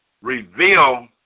reveal